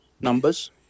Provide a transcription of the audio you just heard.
numbers